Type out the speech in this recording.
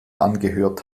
angehört